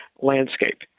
landscape